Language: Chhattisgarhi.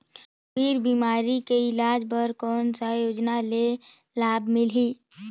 गंभीर बीमारी के इलाज बर कौन सा योजना ले लाभ मिलही?